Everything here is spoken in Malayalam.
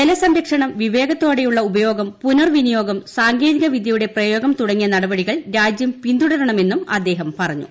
ജലസംരക്ഷണം വിവേകത്തോടെയുള്ള ഉപയോഗം പുനർ വിനിയോഗം സാങ്കേതിക വിദ്യയുടെ പ്രയോഗം തുടങ്ങിയ നടപടികൾ രാജ്യം പിന്തുടരണമെന്നും അദ്ദേഹം പറഞ്ഞു